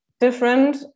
different